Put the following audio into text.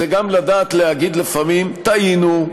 זה גם לדעת להגיד לפעמים: טעינו,